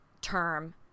term